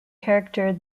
character